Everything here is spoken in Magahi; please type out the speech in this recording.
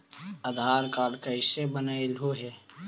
आधार कार्ड कईसे बनैलहु हे?